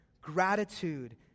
gratitude